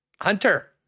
Hunter